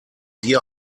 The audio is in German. dir